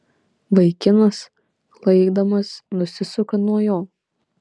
vaikinas klaikdamas nusisuka nuo jo